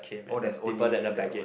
oh there's only that one